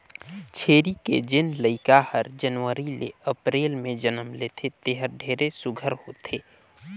छेरी के जेन लइका हर जनवरी ले अपरेल में जनम लेथे तेहर ढेरे सुग्घर होथे